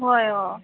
হয় অঁ